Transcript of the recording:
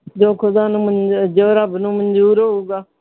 ਜੋ ਖੁਦਾ ਨੂੰ ਮਨ ਜੋ ਰੱਬ ਨੂੰ ਮਨਜ਼ੂਰ ਹੋਊਗਾ